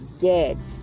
dead